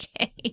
Okay